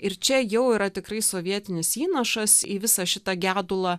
ir čia jau yra tikrai sovietinis įnašas į visą šitą gedulą